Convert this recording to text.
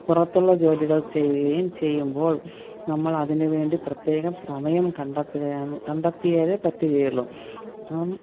പുറത്തുള്ള ജോലികൾ ചെയ്യുകയും ചെയ്യുമ്പോൾ നമ്മൾ അതിന് വേണ്ടി പ്രത്യേകം സമയം കണ്ടെത്തുകയാണ് കണ്ടെത്തിയാലേ പറ്റുകയുള്ളു